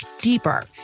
deeper